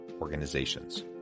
Organizations